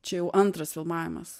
čia jau antras filmavimas